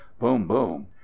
boom-boom